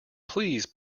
please